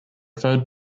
referred